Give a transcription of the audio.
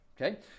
Okay